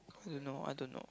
cause you know I don't know